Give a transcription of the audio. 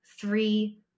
three